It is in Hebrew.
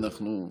אנחנו לא נוכל.